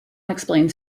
explains